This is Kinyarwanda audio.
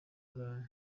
burayi